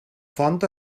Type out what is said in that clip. font